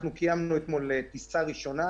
אנחנו קיימנו אתמול טיסה ראשונה.